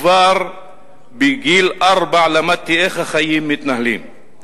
כבר בגיל ארבע למדתי איך החיים מתנהלים.